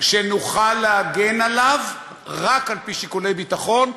שנוכל להגן עליו רק על-פי שיקולי ביטחון,